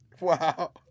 Wow